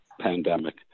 pandemic